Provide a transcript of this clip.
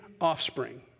offspring